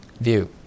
view